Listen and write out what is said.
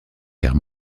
guerre